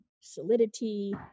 solidity